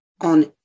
on